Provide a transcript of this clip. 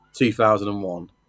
2001